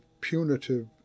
punitive